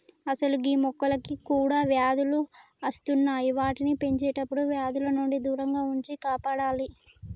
అసలు గీ మొక్కలకి కూడా వ్యాధులు అస్తున్నాయి వాటిని పెంచేటప్పుడు వ్యాధుల నుండి దూరంగా ఉంచి కాపాడాలి